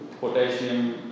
potassium